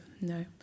no